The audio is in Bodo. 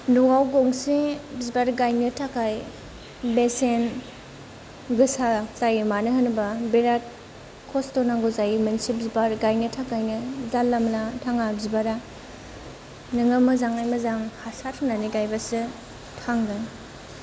न'आव गंसे बिबार गायनो थाखाय बेसेन गोसा जायो मानो होनोब्ला बेराद खस्थ' नांगौ जायो मोनसे बिबार गायनो थाखायनो जानला मोनला थाङा बिबारा नोङो मोजाङै मोजां हासार होनानै गायब्लासो थाङो